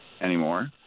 anymore